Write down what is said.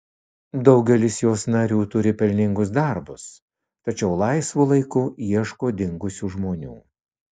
daugelis jos narių turi pelningus darbus tačiau laisvu laiku ieško dingusių žmonių